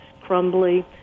crumbly